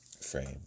frame